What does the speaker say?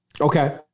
Okay